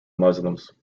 muslims